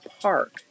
park